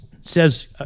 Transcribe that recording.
says